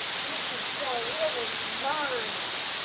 we could sell liberty like and